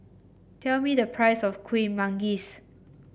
tell me the price of Kuih Manggis